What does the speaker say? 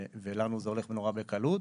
ולנו זה הולך נורא בקלות,